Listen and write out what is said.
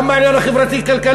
גם בעניין החברתי-כלכלי,